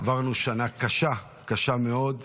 עברנו שנה קשה, קשה מאוד,